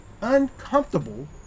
uncomfortable